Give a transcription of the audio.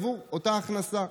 עבור אותה הכנסה,